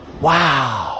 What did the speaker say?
Wow